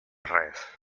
res